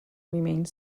remained